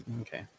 Okay